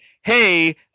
hey